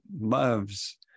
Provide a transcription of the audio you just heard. loves